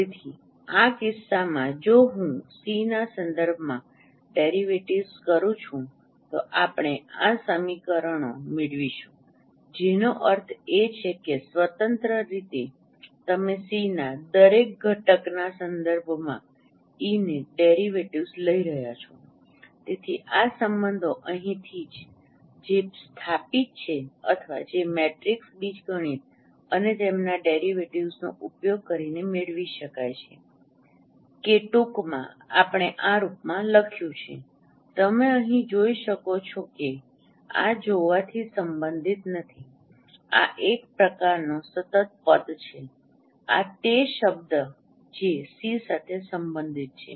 તેથી આ કિસ્સામાં જો હું સી ના સંદર્ભમાં ડેરિવેટિવ્ઝ કરું છું તો આપણે આ સમીકરણો મેળવીશું જેનો અર્થ એ છે કે સ્વતંત્ર રીતે તમે સીના દરેક ઘટકના સંદર્ભમાં ઇ ને ડેરિવેટિવ્ઝ લઈ રહ્યા છો તેથી આ સંબંધો અહીંથી જે સ્થાપિત છે અથવા જે મેટ્રિક્સ બીજગણિત અને તેમના ડેરિવેટિવ્ઝનો ઉપયોગ કરીને મેળવી શકાય છે કે ટૂંકમાં આપણે આ રૂપમાં લખ્યું છે તમે અહીં જોઈ શકો છો કે આ જોવાથી સંબંધિત નથી આ એક પ્રકારનો સતત પદ છે આ તે શબ્દ જે સી સાથે સંબંધિત છે